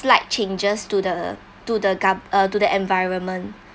slight changes to the to the gov~ uh to the environment